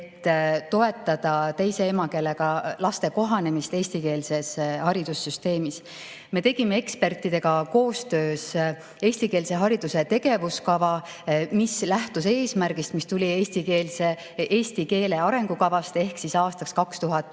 et toetada teise emakeelega laste kohanemist eestikeelses haridussüsteemis. Me tegime ekspertidega koostöös eestikeelse hariduse tegevuskava, mis lähtus eesmärgist, mis tuli eesti keele arengukavast, ehk siis aastaks 2035